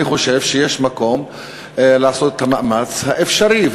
אני חושב שיש מקום לעשות את המאמץ האפשרי,